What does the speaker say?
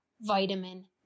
vitamin